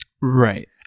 right